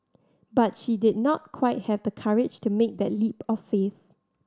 but she did not quite have the courage to make that leap of faith